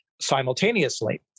simultaneously